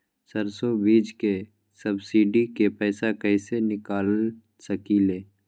सरसों बीज के सब्सिडी के पैसा कईसे निकाल सकीले?